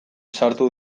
sartu